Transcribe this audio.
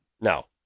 No